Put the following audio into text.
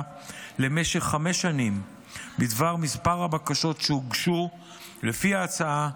למשך חמש שנים בדבר מספר הבקשות שהוגשו לפי ההצעה,